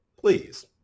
Please